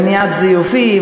מניעת זיופים,